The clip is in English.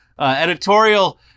editorial